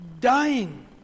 dying